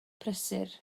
prysur